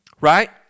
right